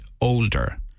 older